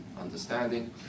understanding